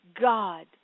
God